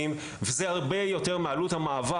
את הסיכוי לעשות מזה הרבה מאוד רווחים למדינה